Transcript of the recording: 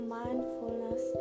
mindfulness